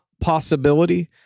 possibility